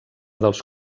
dels